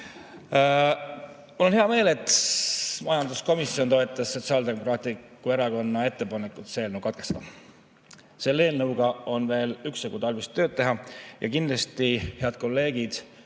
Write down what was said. on hea meel, et majanduskomisjon toetas Sotsiaaldemokraatliku Erakonna ettepanekut see eelnõu katkestada. Selle eelnõuga on veel üksjagu tarvis tööd teha ja kindlasti head kolleegid